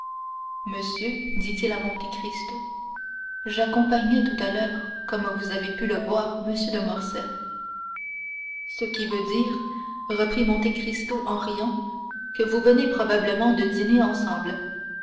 monsieur dit-il à monte cristo j'accompagnais tout à l'heure comme vous avez pu le voir m de morcerf ce qui veut dire reprit monte cristo en riant que vous venez probablement de dîner ensemble